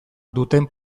duten